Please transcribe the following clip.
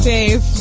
Dave